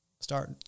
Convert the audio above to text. start